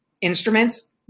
instruments